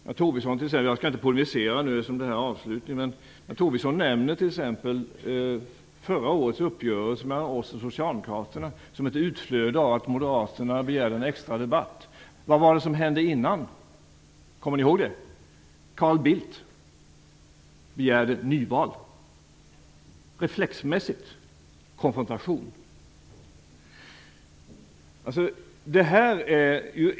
Jag skall eftersom detta är mitt avslutningsanförande inte polemisera, men Tobisson nämnde t.ex. förra årets uppgörelse mellan oss och socialdemokraterna som ett utflöde av att moderaterna begärde en extra debatt. Kommer ni ihåg vad som hände dessförinnan? Carl Bildt begärde ett nyval - en reflexmässig konfrontation.